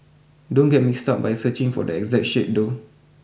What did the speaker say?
don't get mixed up by searching for the exact shade though